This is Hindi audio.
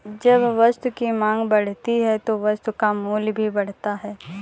जब वस्तु की मांग बढ़ती है तो वस्तु का मूल्य भी बढ़ता है